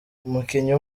umukinnyi